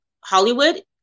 Hollywood